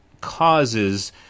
causes